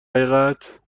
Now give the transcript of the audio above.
حقیقت